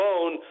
alone